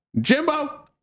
Jimbo